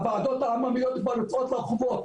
הוועדות העממיות כבר יוצאות לרחובות,